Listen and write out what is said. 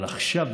אבל עכשיו,